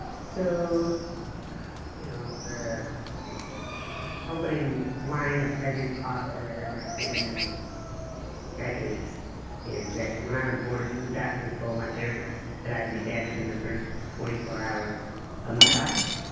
so you know the the opening line of every talk that i've ever given in decades is that when i was born the doctors told my parents that i would be dead within the first twenty four hours of my life.